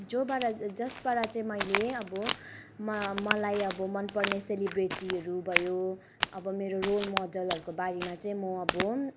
जोबाट जसबाट चाहिँ मैले अब म मलाई अब मनपर्ने सेलिब्रेटीहरू भयो अब मेरो रोलमोडलहरूको बारेमा चाहिँ म अब